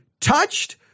touched